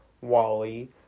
Wally